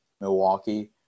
Milwaukee